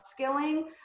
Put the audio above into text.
upskilling